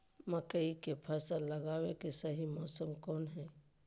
मकई के फसल लगावे के सही मौसम कौन हाय?